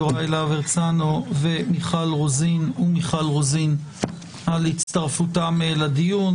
יוראי להב הרצנו ומיכל רוזין על הצטרפותם לדיון.